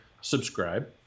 subscribe